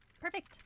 Perfect